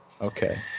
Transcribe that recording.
Okay